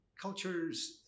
Cultures